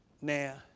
Now